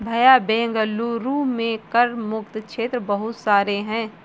भैया बेंगलुरु में कर मुक्त क्षेत्र बहुत सारे हैं